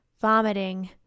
vomiting